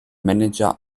manager